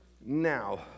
now